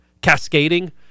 cascading